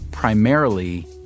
primarily